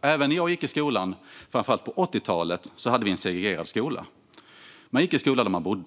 Även när jag gick i skolan, framför allt på 80-talet, hade vi en segregerad skola. Man gick i skolan där man bodde.